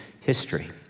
history